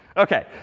ok.